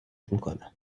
میکنم